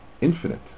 infinite